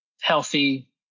healthy